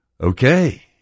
Okay